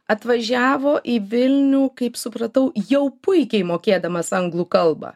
atvažiavo į vilnių kaip supratau jau puikiai mokėdamas anglų kalbą